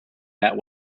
that